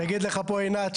תגיד לך פה עינת,